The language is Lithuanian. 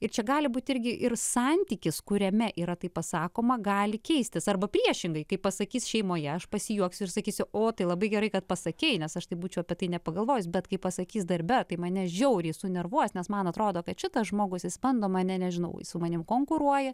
ir čia gali būti irgi ir santykis kuriame yra taip pasakoma gali keistis arba priešingai kaip pasakys šeimoje aš pasijuoksiu ir sakysiu o tai labai gerai kad pasakei nes aš taip būčiau apie tai nepagalvojęs bet kai pasakys darbe tai mane žiauriai sunervuos nes man atrodo kad šitas žmogus jis bando mane nežinau jis su manim konkuruoja